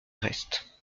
reste